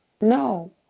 No